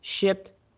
shipped